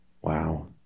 Wow